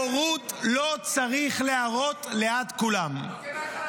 בורות לא צריך להראות ליד כולם -- איתי תדבר על גיוס.